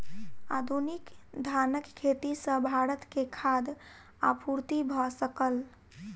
आधुनिक धानक खेती सॅ भारत के खाद्य आपूर्ति भ सकल